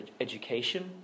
education